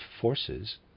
forces